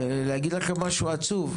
ולהגיד לכם משהו עצוב?